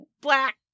black